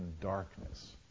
darkness